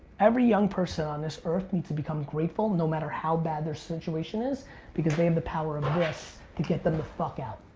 every young person on this earth needs to become grateful. no matter how bad their situation is because they have and the power of this to get them the fuck out.